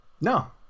No